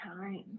time